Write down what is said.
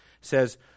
says